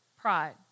Pride